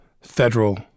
federal